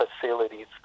facilities